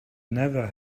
never